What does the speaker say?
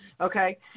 Okay